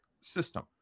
system